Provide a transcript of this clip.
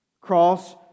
cross